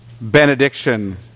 benediction